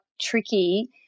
tricky